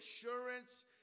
assurance